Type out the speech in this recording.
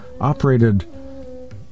operated